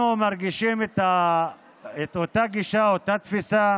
אנחנו מרגישים את אותה גישה, אותה תפיסה,